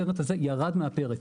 הסרט הזה ירד מהפרק.